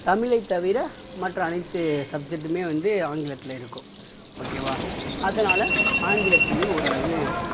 தமிழை தவிர மற்ற அனைத்து சப்ஜெட்டுமே வந்து ஆங்கிலத்தில் இருக்கும் ஓகேவா அதனால் ஆங்கிலத்திலும் ஓரளவு